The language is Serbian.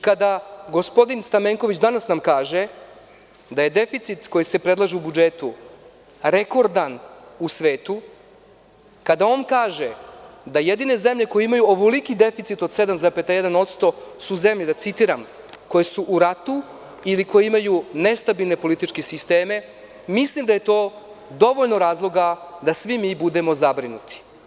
Kada nam gospodin Stamenković kaže, da je deficit koji se predlaže u budžetu rekordan u svetu, kada on kaže da jedine zemlje koje imaju ovoliki deficit od 7,1% su zemlje da citiram – koje su u ratu ili koje imaju nestabilne političke sisteme, mislim da je to dovoljan razlog da svi mi budemo zabrinuti.